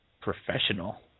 professional